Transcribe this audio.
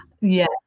yes